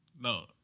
No